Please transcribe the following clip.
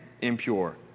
impure